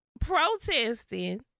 Protesting